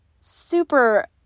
super